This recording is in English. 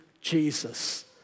Jesus